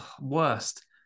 worst